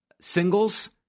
singles